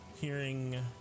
hearing